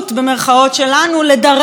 שלנו לדרג את האוכלוסייה,